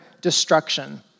destruction